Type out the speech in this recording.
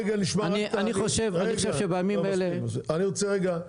--- אני רוצה את